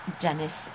Dennis